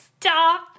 Stop